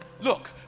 Look